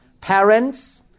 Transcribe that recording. parents